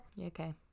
Okay